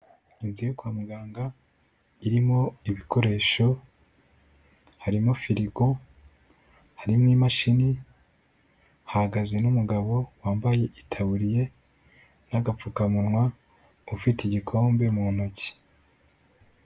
Inzu yo kwa muganga irimo ibikoresho, harimo firigo, harimo imashini, hahagaze n'umugabo wambaye itaburiye n'agapfukamunwa, ufite igikombe mu ntoki.